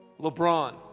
LeBron